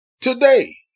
today